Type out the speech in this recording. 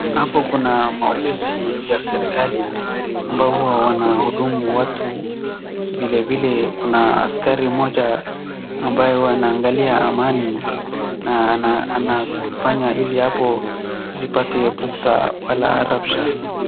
Hapo kuna maofisi ya serikali ambao huwa wanahudumu watu vile vile kuna askari moja ambaye huwa anaangalia amani na anafanya ili hapo zipate pukta wala rabsha.